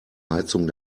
heizung